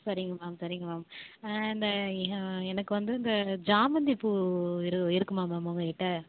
சரிங்க மேம் சரிங்க மேம் இந்த எனக்கு வந்து இந்த இந்த சாமாந்திபூ இரு இருக்குமா மேம் உங்கள் கிட்டே